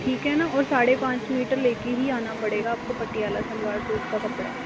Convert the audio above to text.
ठीक है न और साढ़े पाँच मीटर लेकर ही आना पड़ेगा आपको पटियाला सलवार सूट का कपड़ा